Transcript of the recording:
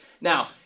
Now